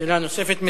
שאלה נוספת?